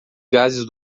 gases